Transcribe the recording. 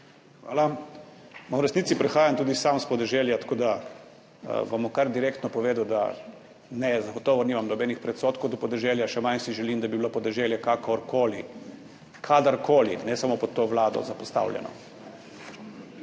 Hvala. V resnici prihajam tudi sam s podeželja, tako da vam bom kar direktno povedal, da ne, zagotovo nimam nobenih predsodkov do podeželja, še manj si želim, da bi bilo podeželje kakorkoli in kadarkoli, ne samo pod to vlado, zapostavljeno.